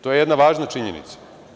To je jedna važna činjenica.